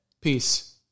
Peace